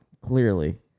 clearly